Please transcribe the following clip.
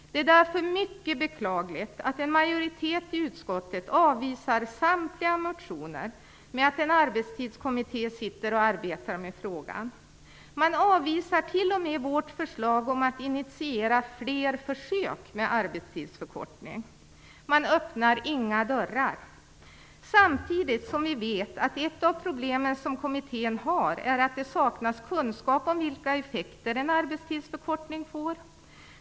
Det är därför mycket beklagligt att en majoritet i utskottet avvisar samtliga motioner med att en arbetstidskommitté sitter och arbetar med frågan. Man avvisar t.o.m. vårt förslag om att initiera fler försök med arbetstidsförkortning. Man öppnar inga dörrar. Samtidigt vet vi att ett av de problem som kommittén har är att det saknas kunskap om vilka effekter en arbetstidsförkortning får.